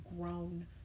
grown